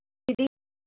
दीदी